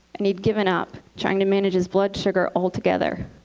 and he'd given up trying to manage his blood sugar altogether.